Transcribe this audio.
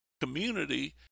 community